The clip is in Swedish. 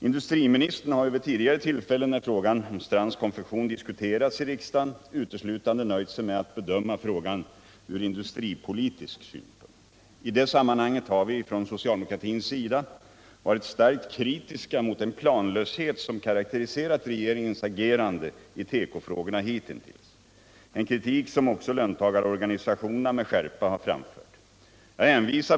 Industriministern har vid de tillfällen tidigare då Strands Konfektion diskuterats i riksdagen nöjt sig med att bedöma frågan från industripolitisk synpunkt. I det sammanhanget har vi från socialdemokratisk sida varit starkt kritiska mot den planlöshet som karakteriserat regeringens agerande hittills i tekofrågorna. Det är en kritik som också löntagarorganisationerna med skärpa framfört.